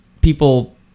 people